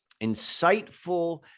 insightful